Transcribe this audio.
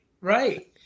Right